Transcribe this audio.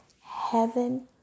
heaven